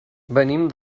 venim